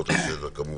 בבקשה.